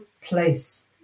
place